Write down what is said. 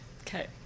Okay